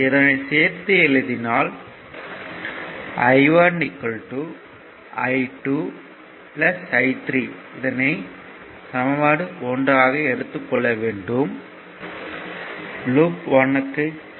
இதனை சேர்த்து எழுதினால் I1 I2 I3 லூப் 1 க்கு கே